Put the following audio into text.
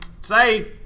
say